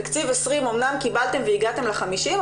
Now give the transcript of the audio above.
תקציב 2020 אמנם קיבלתם והגעתם ל-50 מיליון,